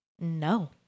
no